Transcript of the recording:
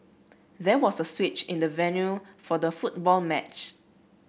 there was a switch in the venue for the football match